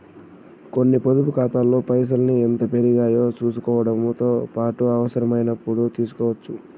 కొన్ని పొదుపు కాతాల్లో పైసల్ని ఎంత పెరిగాయో సూసుకోవడముతో పాటు అవసరమైనపుడు తీస్కోవచ్చు